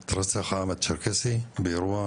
את רצח העם הצ'רקסי באירוע,